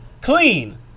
Clean